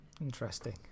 Interesting